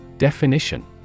Definition